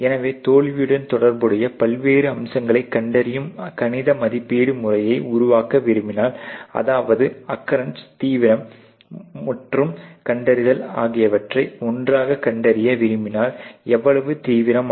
எனவே தோல்வியுடன் தொடர்புடைய பல்வேறு அம்சங்களை கண்டறியும் கணித மதிப்பீடு முறையை உருவாக்க விரும்பினால் அதாவது அக்கரன்ஸ் தீவிரம் மற்றும் கண்டறிதல் ஆகியவற்றை ஒன்றாக கண்டறிய விரும்பினால் எவ்வளவு தீவிரமாக